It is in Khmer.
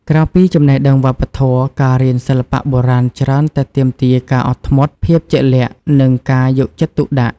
ក្រៅពីចំណេះដឹងវប្បធម៌ ការរៀនសិល្បៈបុរាណច្រើនតែទាមទារការអត់ធ្មត់ ភាពជាក់លាក់ និងការយកចិត្តទុកដាក់។